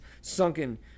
sunken